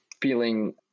feeling